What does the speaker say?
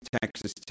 Texas